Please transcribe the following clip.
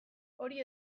hori